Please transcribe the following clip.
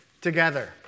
together